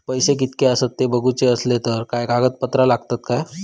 पैशे कीतके आसत ते बघुचे असले तर काय कागद पत्रा लागतात काय?